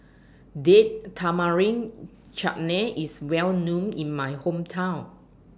Date Tamarind Chutney IS Well known in My Hometown